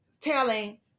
telling